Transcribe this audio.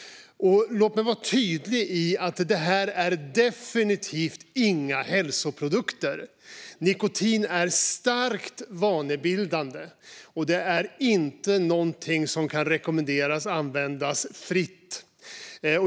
Låt mig vara tydlig med att det definitivt inte är några hälsoprodukter. Nikotin är starkt vanebildande, och det är inte någonting som kan rekommenderas att användas fritt.